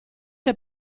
che